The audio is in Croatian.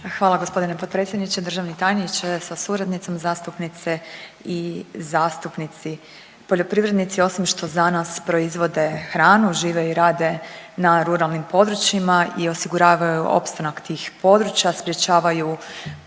Hvala g. potpredsjedniče, državni tajniče sa suradnicom, zastupnice i zastupnici. Poljoprivrednici osim što za nas proizvode hranu, žive i rade na ruralnim područjima i osiguravaju opstanak tih područja, sprječavaju depopulaciju